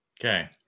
Okay